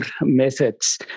methods